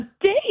date